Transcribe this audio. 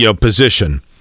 position